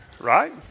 right